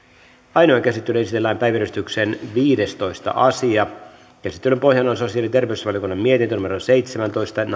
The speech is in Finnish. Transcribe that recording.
ainoaan käsittelyyn esitellään päiväjärjestyksen viidestoista asia käsittelyn pohjana on sosiaali ja terveysvaliokunnan mietintö seitsemäntoista